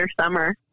summer